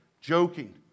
joking